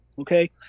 okay